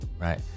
Right